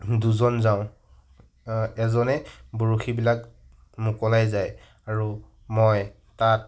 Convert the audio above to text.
দুজন যাওঁ এজনে বৰশীবিলাক মোকলাই যায় আৰু মই তাত